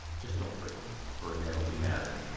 just don't break them or annette will be mad at and yeah